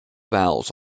vowels